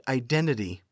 identity